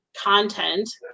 content